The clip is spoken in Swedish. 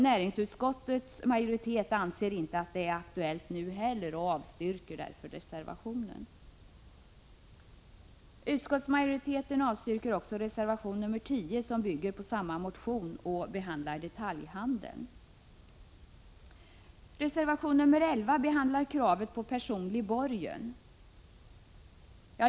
Näringsutskottets majoritet anser inte heller nu att det är aktuellt med en sådan översyn utan avstyrker reservationen. Utskottsmajoriteten avstyrker också reservation 10, som bygger på samma motion och behandlar detaljhandeln. Reservation 11 behandlar kravet på personlig borgen.